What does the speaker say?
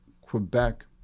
Quebec